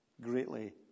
greatly